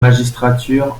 magistrature